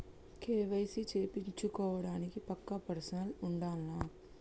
KYC చేపిచ్చుకోవడానికి పక్కా person ఉండాల్నా?